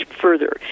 further